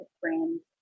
friend's